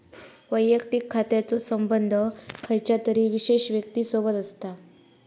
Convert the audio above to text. वैयक्तिक खात्याचो संबंध खयच्या तरी विशेष व्यक्तिसोबत असता